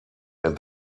and